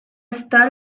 está